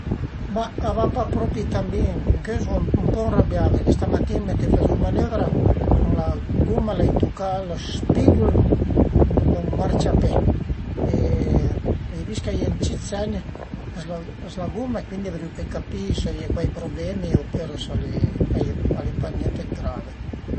Ma a va pa propi tan bin, ëncöi sun ën po ënrabià perché stamatin mentre che fazìu manövra cun la guma l'ai tucà lë spigul d'ën marciapé e l'ai vist ch'a ie ën cit segn s'la guma e cuindi vuriu pöi capì s'a ie cuai problemi opüra a ie al e pa niente d'grave